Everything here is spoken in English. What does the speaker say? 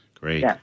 Great